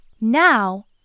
Now